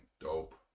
dope